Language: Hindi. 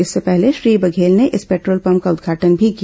इससे पहले श्री बघेल ने इस पेट्रोल पम्प का उद्घाटन भी किया